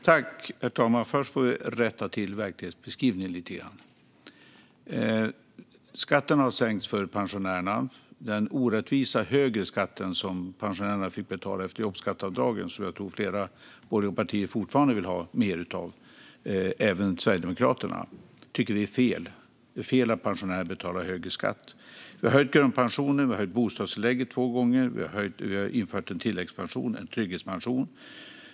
Herr talman! Först får vi rätta till verklighetsbeskrivningen lite grann. Skatten har sänkts för pensionärerna. Den orättvisa högre skatt som pensionärerna fick betala efter jobbskatteavdragen, som jag tror att flera borgerliga partier fortfarande vill ha mer av, även Sverigedemokraterna, tycker vi är fel. Det är fel att pensionärer betalar högre skatt. Vi har höjt grundpensionen, och vi har höjt bostadstillägget två gånger. Vi har infört en tilläggspension, en trygghetspension.